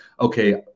okay